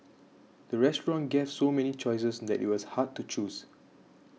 the restaurant gave so many choices that it was hard to choose